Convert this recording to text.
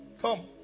come